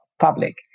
public